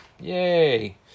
Yay